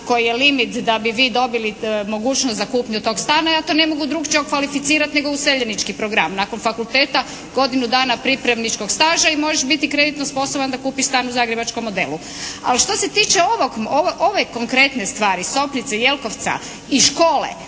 koji je limit da bi vi dobili mogućnost za kupnju tog stana ja to ne mogu drukčije okvalificirati nego useljenički program. Nakon fakulteta godinu dana pripravničkog staža i možeš biti kreditno sposoban da kupiš stan u zagrebačkom modelu. Ali što se tiče ove konkretne stvari Sopnice, Jelkovca i škole